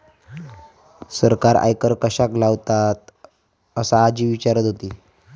सरकार आयकर कश्याक लावतता? असा आजी विचारत होती